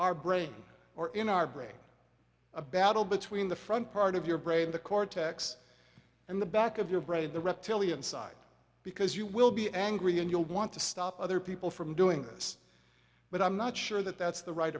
our brain or in our brain a battle between the front part of your brain the cortex and the back of your brain the reptilian side because you will be angry and you'll want to stop other people from doing this but i'm not sure that that's the right